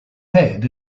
head